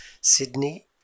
Sydney